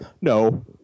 No